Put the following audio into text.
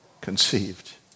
conceived